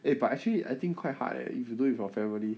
eh but actually I think quite hard if you do with your family